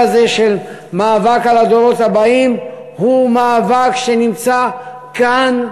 הזה של מאבק על הדורות הבאים הוא מאבק שנמצא כאן,